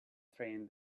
train